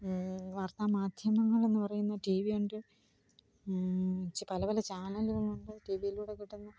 വാർത്തമാധ്യമങ്ങളെന്നു പറയുന്ന ടീ വിയുണ്ട് പല പല ചാനലുകളുണ്ട് ടീ വിയിലൂടെ കിട്ടുന്ന